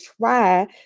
try